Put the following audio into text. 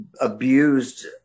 abused